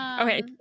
Okay